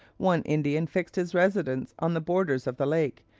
one indian fixed his residence on the borders of the lake,